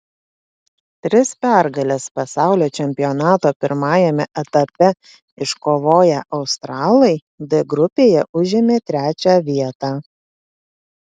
tris pergales pasaulio čempionato pirmajame etape iškovoję australai d grupėje užėmė trečią vietą